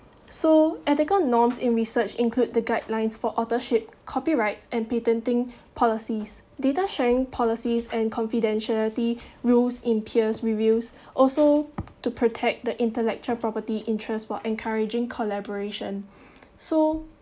so ethical norms in research include the guidelines for authorship copyrights and patenting policies data sharing policies and confidentiality rules in peers reviews also to protect the intellectual property interests while encouraging collaboration so